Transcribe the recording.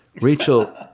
Rachel